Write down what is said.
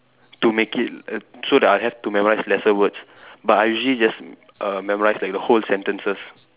to make it err so that I have to memorise lesser words but I usually just err memorise like the whole sentences